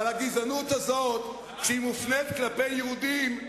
אבל הגזענות הזאת, כשהיא מופנית כלפי יהודים,